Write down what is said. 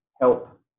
help